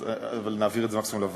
אז מקסימום נעביר את זה לוועדה.